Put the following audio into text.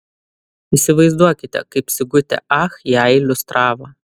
įsivaizduokite kaip sigutė ach ją iliustravo